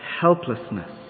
helplessness